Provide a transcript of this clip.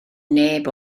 neb